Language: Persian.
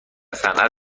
صنعت